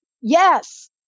Yes